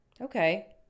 okay